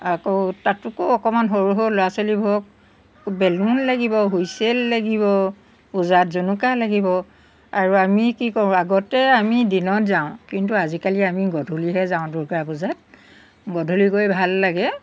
আকৌ তাতোতকৈও অকনমান সৰু সৰু ল'ৰা ছোৱালীবোৰক বেলুন লাগিব হুইচেল লাগিব পূজাত জুনুকা লাগিব আৰু আমি কি কৰোঁ আগতে আমি দিনত যাওঁ কিন্তু আজিকালি আমি গধূলিহে যাওঁ দুৰ্গা পূজাত গধূলি গৈ ভাল লাগে